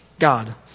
God